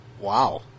Wow